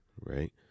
Right